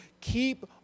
keep